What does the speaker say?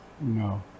no